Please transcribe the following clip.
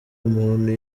umuntu